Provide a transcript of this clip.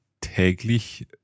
täglich